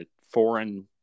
foreign